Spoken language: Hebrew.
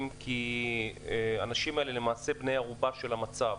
כי האנשים האלה למעשה בני ערובה של המצב.